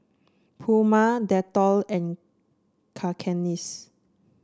Puma Dettol and Cakenis